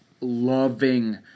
loving